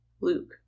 Luke